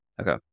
Okay